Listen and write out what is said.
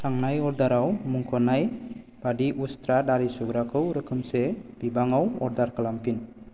थांनाय अर्डाराव मुंख'नाय बादि उस्त्रा दारि सुग्राखौ रोखोमसे बिबाङाव अर्डार खालामफिन